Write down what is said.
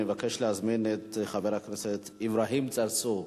אני מבקש להזמין את חבר הכנסת אברהים צרצור.